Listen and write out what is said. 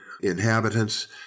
inhabitants